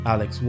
Alex